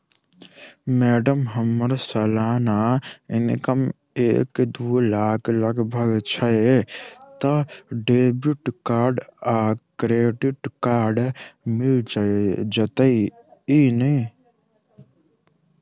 Madam हम्मर सलाना income एक दु लाख लगभग छैय तऽ डेबिट कार्ड आ क्रेडिट कार्ड मिल जतैई नै?